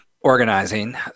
organizing